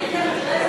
חברתי לגמלאים,